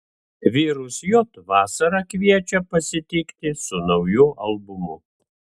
virus j vasarą kviečia pasitikti su nauju albumu